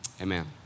Amen